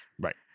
right